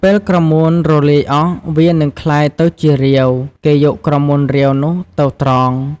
ពេលក្រមួនរលាយអស់ វានឹងក្លាយទៅជារាវ គេយកក្រមួនរាវនោះទៅត្រង។